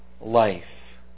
life